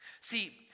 See